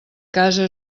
casa